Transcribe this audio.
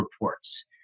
reports